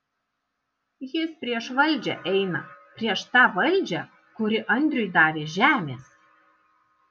jie prieš valdžią eina prieš tą valdžią kuri andriui davė žemės